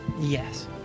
Yes